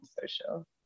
social